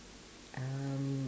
um